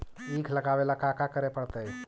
ईख लगावे ला का का करे पड़तैई?